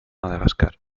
madagascar